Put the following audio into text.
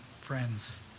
friends